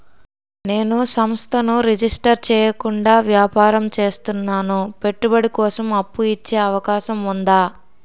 నేను సంస్థను రిజిస్టర్ చేయకుండా వ్యాపారం చేస్తున్నాను పెట్టుబడి కోసం అప్పు ఇచ్చే అవకాశం ఉందా?